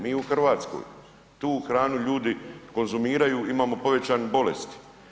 Mi u Hrvatskoj tu hranu ljudi konzumiraju, imamo povećanu bolest.